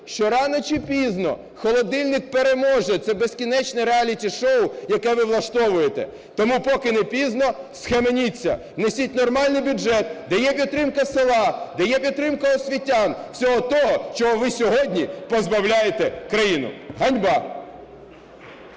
що рано чи пізно холодильник переможе це безкінечне реаліті-шоу, яке ви влаштовуєте. Тому, поки не пізно, схаменіться, внесіть нормальний бюджет, де є підтримка села, де є підтримка освітян, всього того, чого ви сьогодні позбавляєте країну. Ганьба!